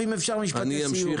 יואב, אם אפשר משפט לסיום.